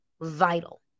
vital